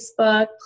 Facebook